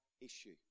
issue